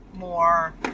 more